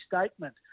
statement